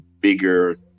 bigger